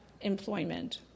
employment